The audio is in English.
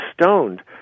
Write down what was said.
stoned